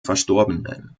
verstorbenen